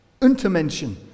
Untermenschen